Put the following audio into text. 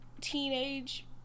teenage